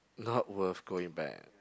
not worth going back